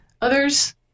others